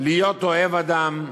להיות אוהב אדם,